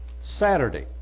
Saturday